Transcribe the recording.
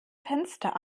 fenster